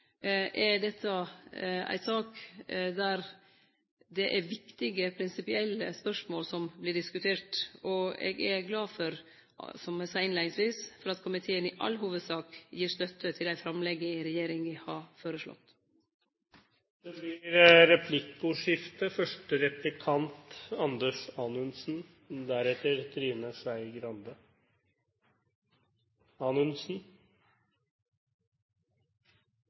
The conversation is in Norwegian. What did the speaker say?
vurdere dette og andre alternativ nærare. Alt i alt er dette ei sak der viktige prinsipielle spørsmål vert diskutert, og eg er – som eg sa innleiingsvis – glad for at komiteen i all hovudsak gir støtte til dei framlegga regjeringa har føreslått. Det blir replikkordskifte. Jeg er enig med statsråden i at det